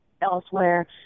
elsewhere